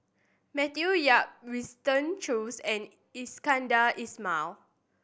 Matthew Yap Winston Choos and Iskandar Ismail